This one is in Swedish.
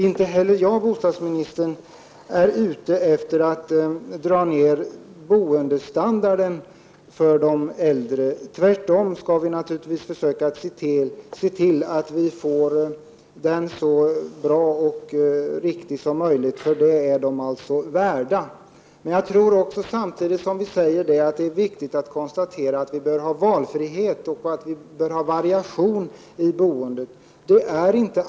Inte heller jag, bostadsministern, är ute efter att dra ner boendestandarden för de äldre. Tvärtom anser jag att vi naturligtvis skall försöka se till att den blir så bra och riktig som möjligt — det är de äldre värda. Men samtidigt som vi säger detta tror jag att det är viktigt att konstatera att det bör finnas valfrihet och variation i boendet.